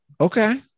Okay